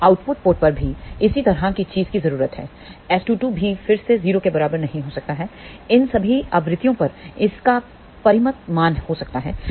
अब output port पर भी इसी तरह की चीज की जरूरत है S22 भी फिर से 0 के बराबर नहीं हो सकता है इन सभी आवृत्तियों पर इसका परिमित मान हो सकता है